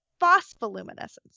phospholuminescence